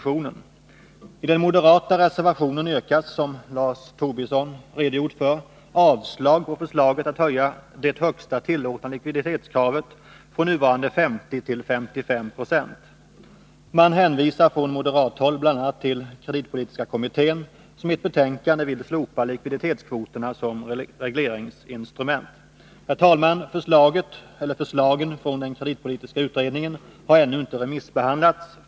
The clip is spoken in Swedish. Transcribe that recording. I den moderata reservationen yrkas, som Lars Tobisson redogjort för, avslag på förslaget att höja det högsta tillåtna likviditetskravet från nuvarande 50 till 55 96. Man hänvisar från moderat håll bl.a. till kreditpolitiska kommittén, som i ett betänkande vill slopa likviditetskvoterna som regleringsinstrument. Herr talman! Förslagen från den kreditpolitiska utredningen har ännu inte remissbehandlats.